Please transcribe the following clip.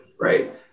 right